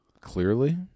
Clearly